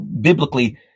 biblically